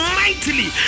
mightily